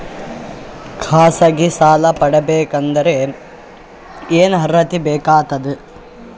ಖಾಸಗಿ ಸಾಲ ಪಡಿಬೇಕಂದರ ಏನ್ ಅರ್ಹತಿ ಬೇಕಾಗತದ?